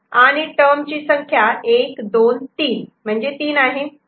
आणि टर्म चि संख्या 123 म्हणजे तीन आहे